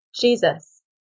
Jesus